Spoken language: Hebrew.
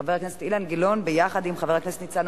חבר הכנסת אילן גילאון יעלה לנמק.